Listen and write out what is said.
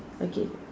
okay